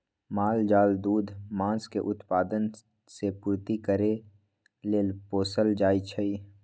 माल जाल दूध, मास के उत्पादन से पूर्ति करे लेल पोसल जाइ छइ